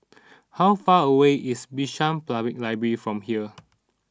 how far away is Bishan Public Library from here